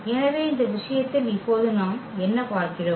எனவே இந்த விஷயத்தில் இப்போது நாம் என்ன பார்க்கிறோம்